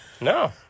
No